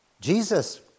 Jesus